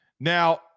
Now